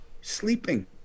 Sleeping